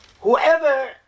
whoever